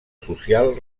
social